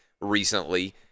recently